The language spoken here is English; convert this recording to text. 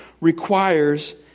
requires